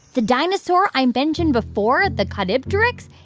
the dinosaur i mentioned before, the caudipteryx,